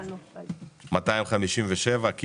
257), התשפ"א-2021.